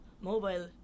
mobile